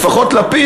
לפחות לפיד,